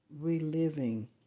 reliving